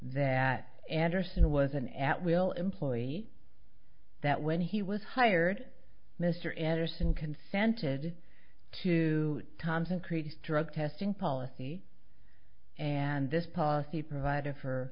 that anderson was an at will employee that when he was hired mr anderson consented to tom's increased drug testing policy and this policy provided for